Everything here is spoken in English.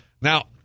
Now